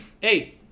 Hey